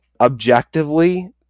objectively